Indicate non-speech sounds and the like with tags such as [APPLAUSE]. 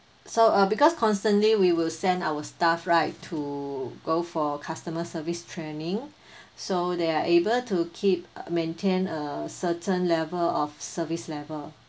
so uh because constantly we will send our staff right to go for customer service training [BREATH] so they are able to keep uh maintain a certain level of service level